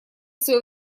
своё